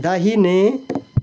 दाहिने